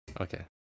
okay